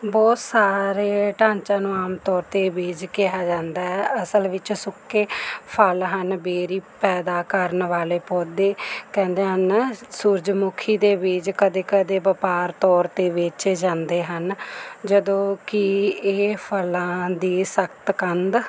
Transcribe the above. ਬਹੁਤ ਸਾਰੇ ਢਾਚਿਆਂ ਨੂੰ ਆਮ ਤੌਰ 'ਤੇ ਬੀਜ ਕਿਹਾ ਜਾਂਦਾ ਹੈ ਅਸਲ ਵਿੱਚ ਸੁੱਕੇ ਫ਼ਲ ਹਨ ਬੇਰੀ ਪੈਦਾ ਕਰਨ ਵਾਲੇ ਪੌਦੇ ਕਹਿੰਦੇ ਹਨ ਸੂਰਜਮੁਖੀ ਦੇ ਬੀਜ ਕਦੇ ਕਦੇ ਵਪਾਰਿਕ ਤੌਰ 'ਤੇ ਵੇਚੇ ਜਾਂਦੇ ਹਨ ਜਦੋਂ ਕਿ ਇਹ ਫ਼ਲਾਂ ਦੀ ਸਖਤ ਕੰਧ